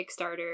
kickstarter